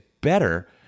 better